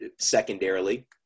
secondarily